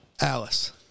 Alice